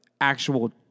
actual